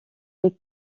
les